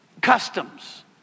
customs